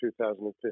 2015